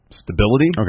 stability